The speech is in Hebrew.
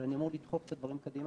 אבל אני אמור לדחוף את הדברים קדימה,